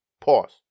Pause